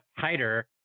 tighter